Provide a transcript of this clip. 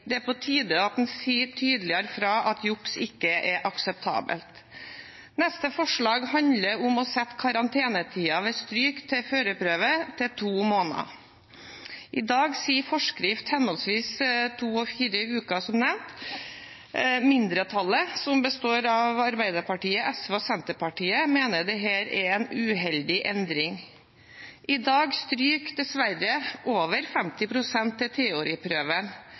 Det er på tide å si tydeligere fra at juks ikke er akseptabelt. Neste forslag handler om å sette karantenetiden for stryk til førerprøven til to måneder. I dag sier forskriften henholdsvis to og fire uker, som nevnt. Mindretallet, som består av Arbeiderpartiet, SV og Senterpartiet, mener dette er en uheldig endring. I dag stryker dessverre over 50 pst. til teoriprøven,